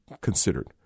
considered